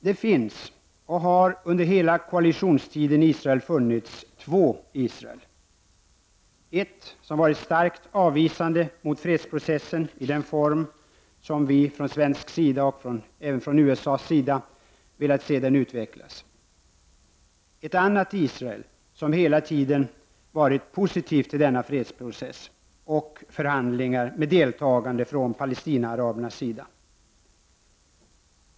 Det finns, och har under hela koalitionstiden i Israel funnits, två Israel: ett Israel som har varit starkt avvisande till fredsprocessen i den form som vi från svensk sida och som man även från USA:s sida har velat se den utvecklas samt ett annat Israel, som hela tiden har varit positivt till denna fredsprocess och till förhandlingar med deltagande från Palestinaarabernas sida.